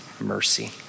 mercy